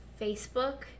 Facebook